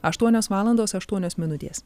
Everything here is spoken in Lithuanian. aštuonios valandos aštuonios minutės